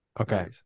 Okay